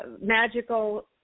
magical